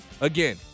again